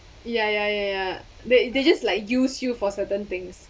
ya ya ya ya they they just like use you for certain things